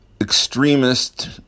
extremist